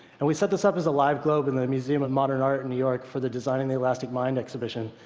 and we set this up as a live globe in the museum of modern art in new york for the design the elastic mind exhibition.